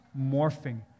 morphing